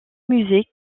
musée